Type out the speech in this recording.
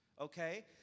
Okay